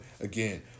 again